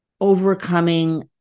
overcoming